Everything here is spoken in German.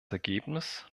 ergebnis